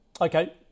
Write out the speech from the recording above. Okay